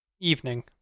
Evening